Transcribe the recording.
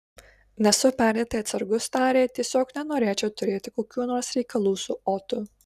nesu perdėtai atsargus tarė tiesiog nenorėčiau turėti kokių nors reikalų su otu